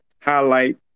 highlight